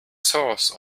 sauce